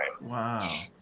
Wow